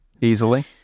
easily